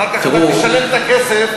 אחר כך אתה תשלם את הכסף,